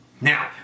Now